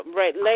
right